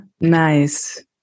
nice